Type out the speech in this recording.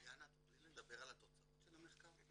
תוכלי לדבר על התוצאות של המחקר?